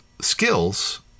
skills